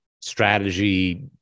strategy